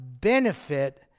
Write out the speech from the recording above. benefit